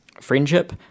friendship